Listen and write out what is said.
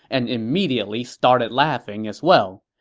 and immediately started laughing as well.